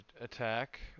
attack